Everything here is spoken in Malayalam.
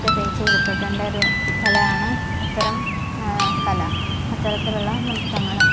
ഒക്കെ തേച്ചു പിടിപ്പിക്കേണ്ട ഒരു കലയാണ് അത്തരം കല അത്തരത്തിലുള്ള നൃത്തങ്ങളും